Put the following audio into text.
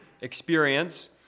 experience